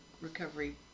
recovery